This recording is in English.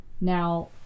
now